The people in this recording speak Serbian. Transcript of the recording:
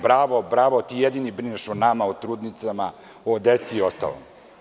Bravo, bravo, ti jedini brineš o nama, o trudnicama, o deci i ostalom.